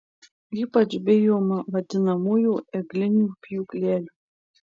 ypač bijoma vadinamųjų eglinių pjūklelių